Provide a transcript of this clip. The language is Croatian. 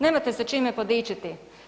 Nemate se čime podičiti.